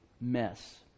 mess